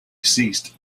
ceased